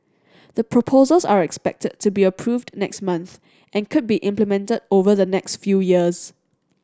the proposals are expected to be approved next month and could be implemented over the next few years